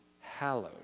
hallowed